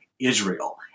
Israel